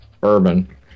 bourbon